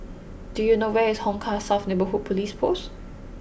do you know where is Hong Kah South Neighbourhood Police Post